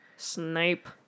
Snipe